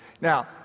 Now